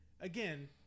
Again